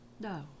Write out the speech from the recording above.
No